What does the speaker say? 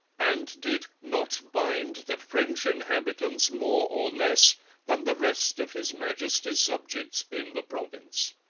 and did not bind the french inhabitants more or less than the rest of his majesty's subjects in the province